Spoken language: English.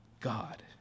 God